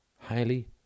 highly